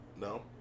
No